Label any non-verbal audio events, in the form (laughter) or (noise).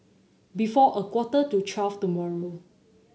before a quarter to (unintelligible) tomorrow